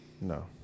No